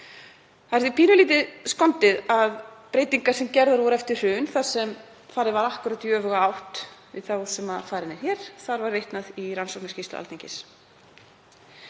Það er því pínulítið skondið að við breytingar sem gerðar voru eftir hrun, þar sem farið var í öfuga átt við það sem gert er hér, var vitnað í rannsóknarskýrslu Alþingis.